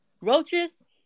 roaches